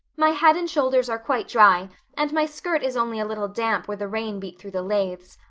my head and shoulders are quite dry and my skirt is only a little damp where the rain beat through the lathes.